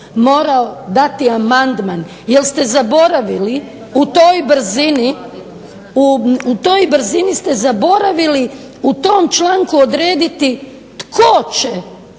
morao dati amandman jer ste zaboravili u toj brzini u tom članku odrediti tko će